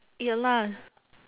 ya lah